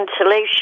insulation